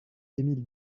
émile